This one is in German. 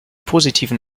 positiven